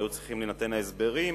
והיו צריכים להינתן ההסברים,